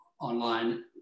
online